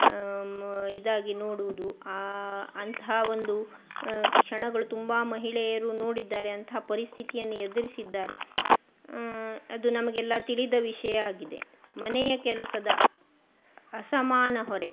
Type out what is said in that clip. ಇದಾಗಿ ನೋಡುವುದು ಅಂತಹ ಒಂದು ಕ್ಷಣಗಳು ತುಂಬಾ ಮಹಿಳೆಯರು ನೋಡಿದ್ದಾರೆ ಅಂಥ ಪರಿಸ್ಥಿತಿಯನ್ನು ಎದುರಿಸಿದ್ದಾರೆ ಅದು ನಮಗೆಲ್ಲ ತಿಳಿದ ವಿಷಯ ಆಗಿದೆ ಮನೆಯ ಕೆಲಸದ ಅಸಮಾನ ಹೊರೆ